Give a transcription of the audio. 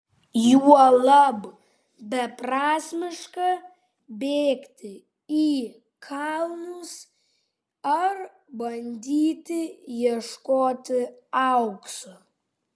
juolab beprasmiška bėgti į kalnus ar bandyti ieškoti aukso